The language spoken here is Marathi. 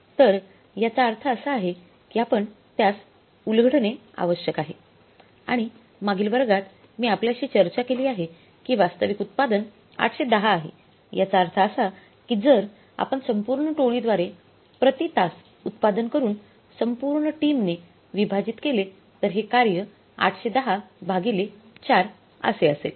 तर याचा अर्थ असा आहे की आपण त्यास उलगडणे आवश्यक आहे आणि मागील वर्गात मी आपल्याशी चर्चा केली आहे की वास्तविक उत्पादन 810 आहे याचा अर्थ असा की जर आपण संपूर्ण टोळीद्वारे प्रति तास उत्पादन करून संपूर्ण टीमने विभाजीत केले तर हे कार्य 810 भागिले 4 असे असेल